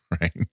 Right